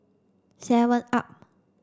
seven up